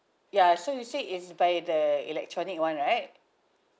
ya so you say it's by the electronic one right